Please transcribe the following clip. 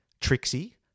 Trixie